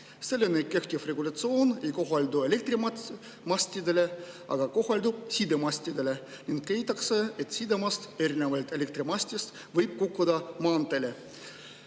[sellekohane] regulatsioon ei kohaldu elektrimastidele, aga kohaldub sidemastidele. Leitakse, et sidemast võib erinevalt elektrimastist kukkuda maanteele,